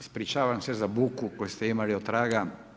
Ispričavam se za buku koju ste imali otraga.